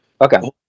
Okay